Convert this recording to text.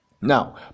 Now